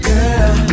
Girl